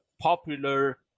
popular